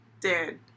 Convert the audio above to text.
Dude